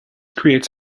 creates